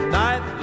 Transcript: night